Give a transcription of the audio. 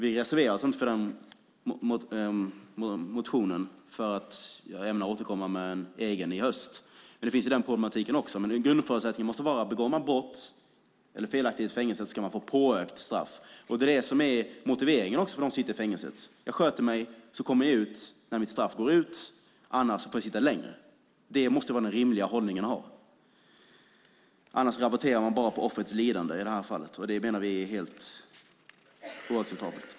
Vi reserverar oss inte mot den motionen eftersom vi ämnar återkomma med en egen motion i höst. Men problemet finns där. Grundförutsättningen måste vara att om man begår brott eller gör en felaktighet i fängelset ska man få ett påökat straff. Motiveringen för dem som sitter i fängelse ska vara att om de sköter sig ska de få komma ut när straffet går ut, annars ska de få sitta längre. Det måste vara den rimliga hållningen. Annars rabatterar man bara på offrets lidande, och det menar vi är helt oacceptabelt.